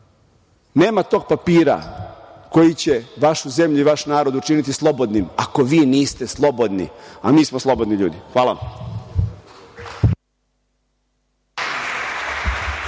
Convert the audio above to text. nema tog papira koji će vašu zemlju i vaš narod učiniti slobodnim ako vi niste slobodni, a mi smo slobodni ljudi. Hvala.